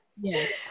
yes